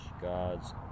gods